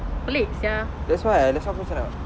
that's why that's why aku macam